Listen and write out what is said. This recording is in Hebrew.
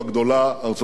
ארצות-הברית.